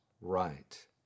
right